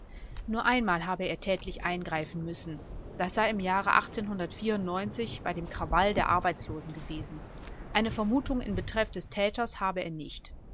nur einmal habe er tätlich eingreifen müssen das sei im jahre bei dem krawall der arbeitslosen gewesen eine vermutung in betreff des täters habe er nicht